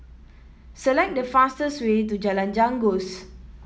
select the fastest way to Jalan Janggus